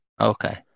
Okay